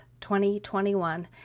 2021